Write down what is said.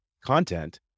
content